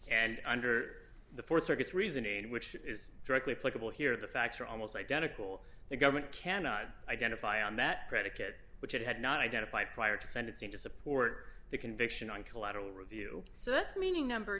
and under the th circuit's reasoning which is directly pluggable here the facts are almost identical the government cannot identify on that predicate which it had not identified prior to send it seem to support the conviction on collateral review so that's meaning number